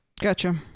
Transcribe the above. Gotcha